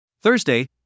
Thursday